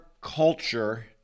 culture